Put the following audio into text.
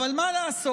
אבל מה לעשות